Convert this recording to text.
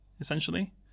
essentially